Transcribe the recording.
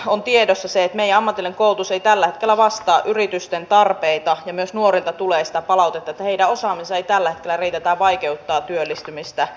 on tiedossa se että meidän ammatillinen koulutus ei tällä hetkellä vastaa yritysten tarpeita ja myös nuorilta tulee sitä palautetta että heidän osaamisensa ei tällä hetkellä riitä ja tämä vaikeuttaa työllistymistä